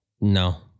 No